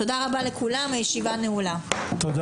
תודה רבה.